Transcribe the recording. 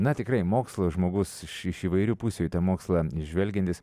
na tikrai mokslo žmogus iš įvairių pusių į tą mokslą žvelgiantis